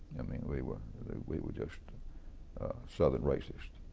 i mean, we were we were just southern racists,